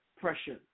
pressure